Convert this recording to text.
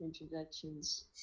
introductions